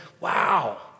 wow